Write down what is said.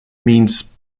means